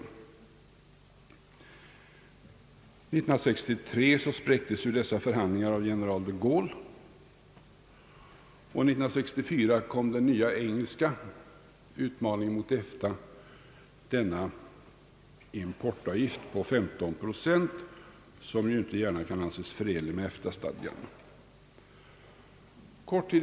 1963 spräcktes de förhandlingarna av general de Gaulle och 1964 kom den nya engelska utmaningen mot EFTA — denna importavgift på 15 procent, som ju inte gärna kan anses förenlig med EFTA-stadgan.